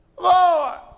Lord